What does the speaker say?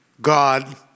God